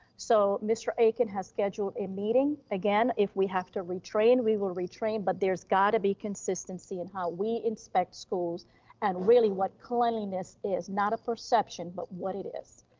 so mr. akin has scheduled a meeting again, if we have to retrain, we will retrain, but there's gotta be consistency in how we inspect schools and really what cleanliness is not a perception, but what it is.